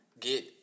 get